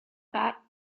that